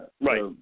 Right